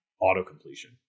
auto-completion